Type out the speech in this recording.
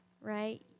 right